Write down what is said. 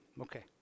okay